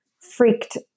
freaked